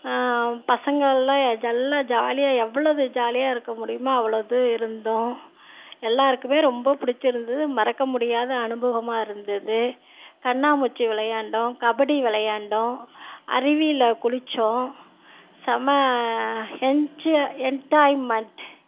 பசங்கள்லாம் எல்லாம் ஜாலியாக எவ்வளது ஜாலியாக இருக்க முடியுமோ அவ்வளது இருந்தோம் எல்லாருக்குமே ரொம்ப பிடிச்சிருந்துது மறக்க முடியாத அனுபவமாக இருந்தது கண்ணாமூச்சி விளையாண்டோம் கபடி விளையாண்டோம் அருவியில் குளித்தோம் செம்ம எஞ்சி என்டெய்ன்மெண்ட்